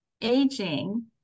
aging